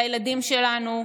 לילדים שלנו.